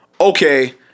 Okay